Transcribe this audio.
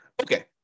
Okay